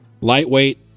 Lightweight